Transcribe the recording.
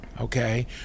okay